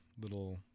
little